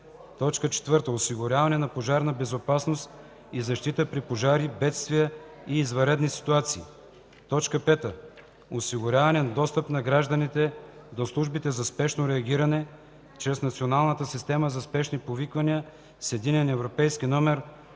4. осигуряване на пожарна безопасност и защита при пожари, бедствия и извънредни ситуации; 5. осигуряване на достъп на гражданите до службите за спешно реагиране чрез Националната система за спешни повиквания с